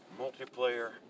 multiplayer